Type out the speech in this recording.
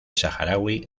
saharaui